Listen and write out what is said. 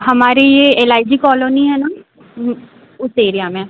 हमारी यह L I G colony है न उस एरिया में